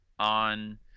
On